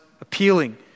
appealing